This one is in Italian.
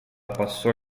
passò